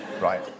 Right